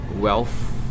wealth